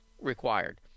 required